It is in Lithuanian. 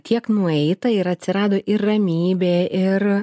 kiek nueita ir atsirado ir ramybė ir